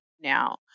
now